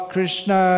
Krishna